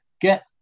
get